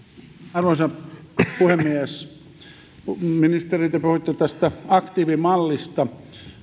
arvoisa puhemies ministeri te puhuitte tästä aktiivimallista